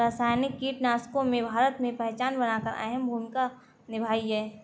रासायनिक कीटनाशकों ने भारत में पहचान बनाकर अहम भूमिका निभाई है